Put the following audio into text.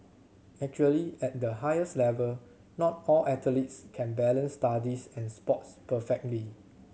actually at the highest level not all athletes can balance studies and sports perfectly